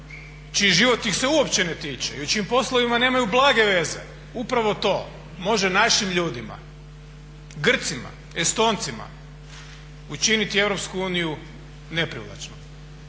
čiji život ih se uopće ne tiče i o čijim poslovima nemaju blage veze, upravo to može našim ljudima, Grcima, Estoncima učiniti Europsku uniju neprivlačnom.